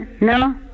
No